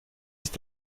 ist